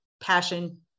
passion